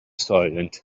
silent